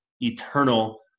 eternal